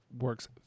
works